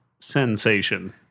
sensation